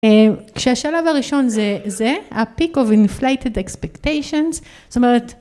‫כשהשלב הראשון זה זה, ‫ה-peak of inflated expectations, ‫זאת אומרת...